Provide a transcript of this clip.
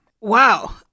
Wow